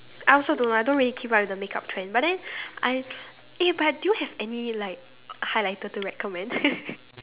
I also don't know I don't really keep up with the make-up trend but then I eh but do you have any like highlighter to recommend